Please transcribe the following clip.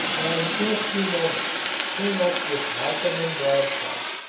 and in a few moments came up with malcolm and bradshaw,